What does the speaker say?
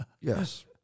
Yes